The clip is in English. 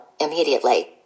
immediately